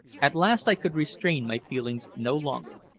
at last i could restrain my feelings no longer.